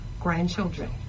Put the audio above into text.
grandchildren